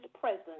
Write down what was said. presence